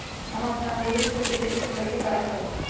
हम अपना ओरहूल फूल के तेजी से कई से बड़ा करी?